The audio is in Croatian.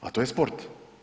A to je sport.